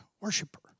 worshiper